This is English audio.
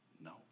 no